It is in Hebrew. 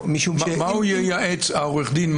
מה יאמר לו העורך דין?